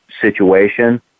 situation